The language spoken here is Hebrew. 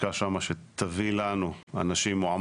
בלשכה שם שתביא לנו מועמדים.